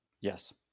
yes